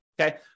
okay